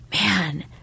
man